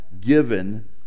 given